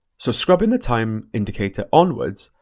so scrubbing the time indicator onwards,